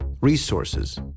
resources